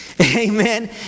Amen